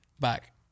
back